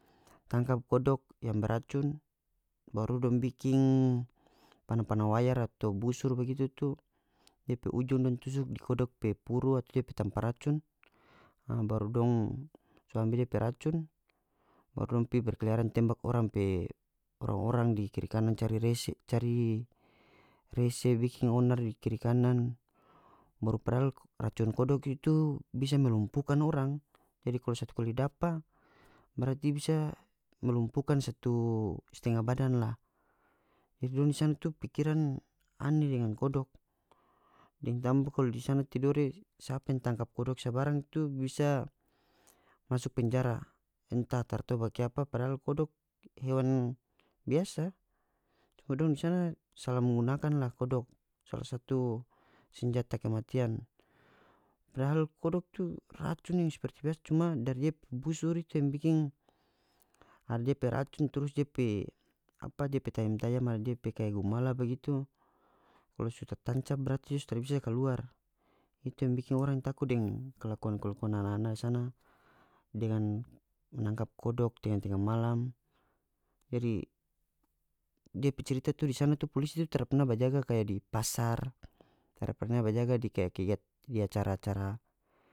Tangkap kodok yang beracun baru dong bikin pana-pana wayar atau busur bagitu tu depe ujung dong tusuk di kodok pe puru atau dia pe tampa racun nah baru dong so ambe depe racun baru dong pi berkeliaran tembak orang pe orang-orang di kiri kanan cari rese cari rese bikin onar di kiri kanan baru padahal racun kodok itu bisa melumpukan orang jadi kalu satu kali dapa berati bisa melumpukan satu stenga badan la itu dong di sana tu pikiran aneh dengan kodok deng tambah kalu di sana tidore sapa yang tangkap kodok sabarang tu bisa masuk penjara entah taratau bakiapa padahal kodok hewan biasa cuma dong di sana salah menggunakan la kodok sala satu senjeta kematian padahal kodon tu racun yang seperti biasa cuma dari dia pe busur itu yang bikin ada dia pe racun trus dia pe apa depe tajam-tajam ada dia pe kaya gumala bagitu kalu so ta tancap berarti dia so tara bisa kaluar itu yang bikin orang tako deng kalakuan-kalakuan ana-ana sana dengan menangkap kodok tenga-tenga malam jadi depe cerita tu di sana tu polisi itu tara perna bajaga kaya di pasar tara perna bajaga di kaya acara-acara.